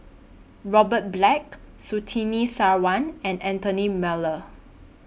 Robert Black Surtini Sarwan and Anthony Miller